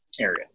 area